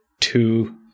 two